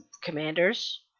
Commanders